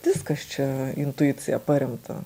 viskas čia intuicija paremta